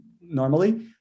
normally